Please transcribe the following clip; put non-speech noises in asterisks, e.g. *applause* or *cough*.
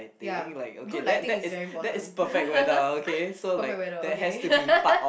ya good lighting is very important *laughs* perfect weather okay *laughs*